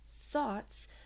thoughts